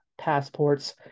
passports